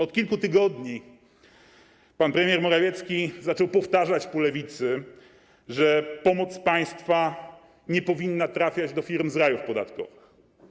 Od kilku tygodni pan premier Morawiecki zaczął powtarzać po Lewicy, że pomoc państwa nie powinna trafiać do firm z rajów podatkowych.